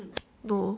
no